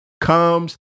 comes